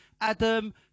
Adam